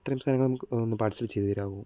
ഇത്രയും സാധനങ്ങൾ നമുക്ക് ഒന്ന് പാർസൽ ചെയ്ത് തരാമോ